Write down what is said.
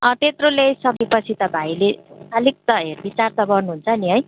अँ त्यत्रो ल्याइसकेपछि त भाइले अलिक त हेरविचार त गर्नुहुन्छ नि है